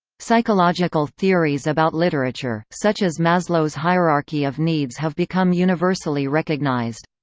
psychological theories about literature, such as maslow's hierarchy of needs have become universally recognized.